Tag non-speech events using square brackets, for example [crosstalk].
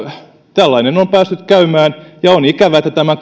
tällainen on päässyt käymään ja on ikävää että tämä [unintelligible]